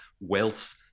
wealth